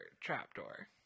trapdoor